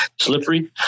slippery